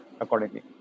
accordingly